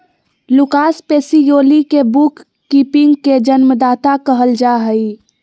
Lucas Pacioli के bookkeeping के जन्मदाता कहल जा हइ